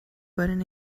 button